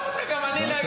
גם אני,